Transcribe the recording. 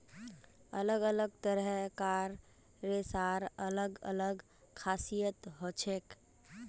अलग अलग तरह कार रेशार अलग अलग खासियत हछेक